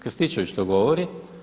Krstičević to govori.